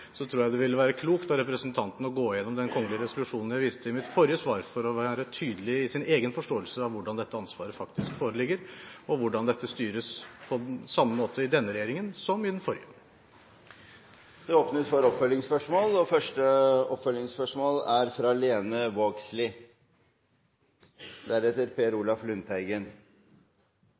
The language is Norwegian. tror jeg det ville være klokt av representanten å gå gjennom den kongelige resolusjonen jeg viste til i mitt forrige svar, for å være tydelig i sin egen forståelse av hvordan dette ansvaret faktisk foreligger, og hvordan dette styres på samme måte i denne regjeringen som i den forrige. Det blir oppfølgingsspørsmål